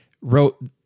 wrote